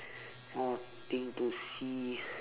more thing to see